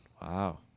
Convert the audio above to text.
Wow